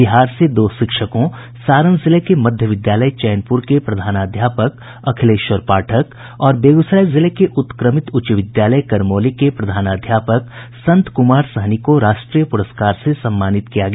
बिहार से दो शिक्षकों सारण जिले के मध्य विद्यालय चैनपुर के प्रधानाध्यापक अखिलेश्वर पाठक और बेगूसराय जिले के उत्क्रमित उच्च विद्यालय करमौली के प्रधानाध्यापक संत कुमार सहनी को राष्ट्रीय पुरस्कार से सम्मानित किया गया